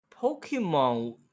pokemon